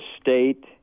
state